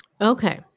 Okay